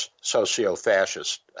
socio-fascist